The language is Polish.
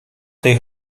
tej